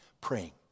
praying